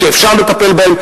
כשאפשר לטפל בהן,